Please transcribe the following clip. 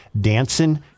Dancing